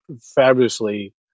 fabulously